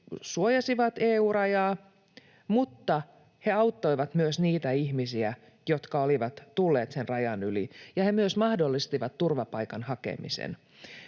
suojasivat EU-rajaa, mutta he auttoivat myös niitä ihmisiä, jotka olivat tulleet sen rajan yli, ja he myös mahdollistivat turvapaikan hakemisen.